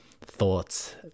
thoughts